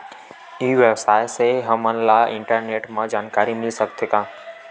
ई व्यवसाय से हमन ला इंटरनेट मा जानकारी मिल सकथे का?